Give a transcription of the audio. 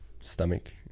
stomach